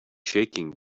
shaking